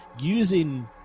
using